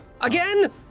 Again